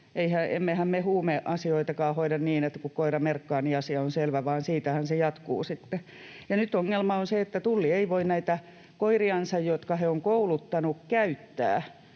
me huumeasioitakaan hoida niin, että kun koira merkkaa, niin asia on selvä, vaan siitähän se jatkuu sitten. Ja nyt ongelma on se, että Tulli ei voi näitä koiriansa, jotka he ovat kouluttaneet, käyttää